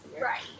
right